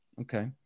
Okay